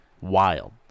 Wild